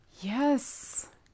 Yes